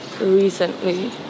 recently